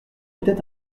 était